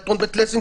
תיאטרון בית לסין,